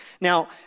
Now